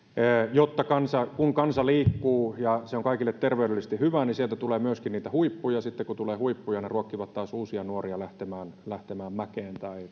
kun kansa liikkuu ja se on kaikille terveydellisesti hyvä niin sieltä tulee myöskin niitä huippuja sitten kun tulee huippuja ne ruokkivat taas uusia nuoria lähtemään lähtemään mäkeen